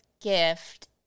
gift